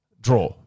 draw